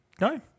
No